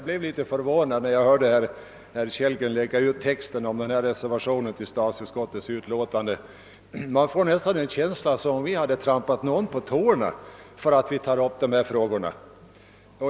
Herr talman! När jag hörde herr Kellgren lägga ut texten över reservationen till statsutskottets förevarande utlåtande blev jag litet förvånad. Jag fick nästan en känsla av att vi hade trampat någon på tårna när vi tagit upp dessa frågor.